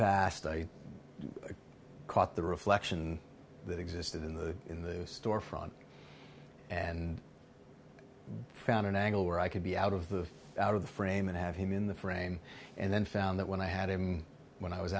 past i caught the reflection that existed in the in the storefront and i found an angle where i could be out of the out of the frame and have him in the frame and then found that when i had him when i was